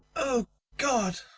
o god!